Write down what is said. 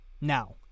Now